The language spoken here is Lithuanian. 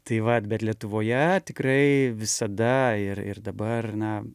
tai vat bet lietuvoje tikrai visada ir ir dabar na